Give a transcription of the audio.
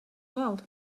world